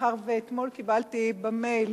מאחר שאתמול קיבלתי במייל